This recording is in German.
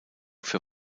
für